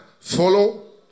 Follow